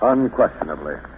Unquestionably